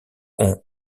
ont